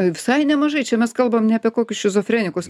visai nemažai čia mes kalbam ne apie kokius šizofrenikus